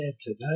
today